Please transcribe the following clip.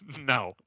No